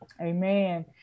Amen